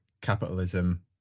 capitalism